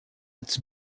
its